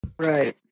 Right